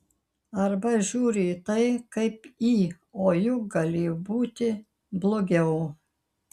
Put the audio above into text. arba žiūri į tai kaip į o juk galėjo būti blogiau